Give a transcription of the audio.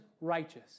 righteous